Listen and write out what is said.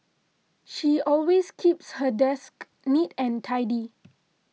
she always keeps her desk neat and tidy